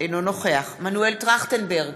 אינו נוכח מנואל טרכטנברג,